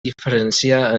diferenciar